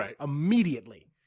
immediately